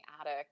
attic